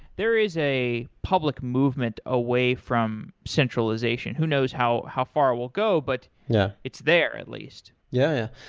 there is a public movement away from centralization. who knows how how far it will go, but yeah it's there at least yeah.